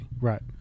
Right